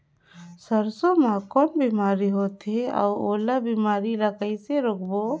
सरसो मा कौन बीमारी होथे अउ ओला बीमारी ला कइसे रोकबो?